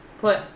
put